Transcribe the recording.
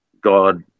God